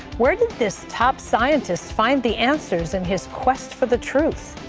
where did this top scientist find the answers in his quest for the truth?